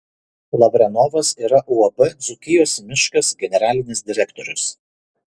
lavrenovas yra uab dzūkijos miškas generalinis direktorius